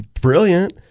Brilliant